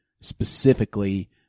specifically